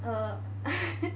err